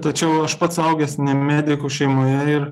tačiau aš pats augęs ne medikų šeimoje ir